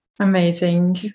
Amazing